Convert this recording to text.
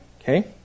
Okay